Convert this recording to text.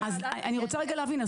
אני רוצה רגע להבין,